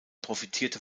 profitierte